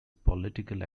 political